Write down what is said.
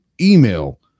email